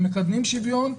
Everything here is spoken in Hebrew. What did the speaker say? מקדמים שוויון?